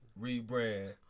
rebrand